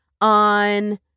on